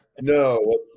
no